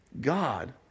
God